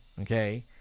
okay